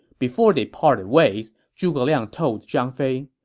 before they parted ways, zhuge liang told zhang fei,